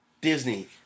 Disney